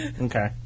Okay